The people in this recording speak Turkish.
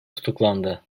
tutuklandı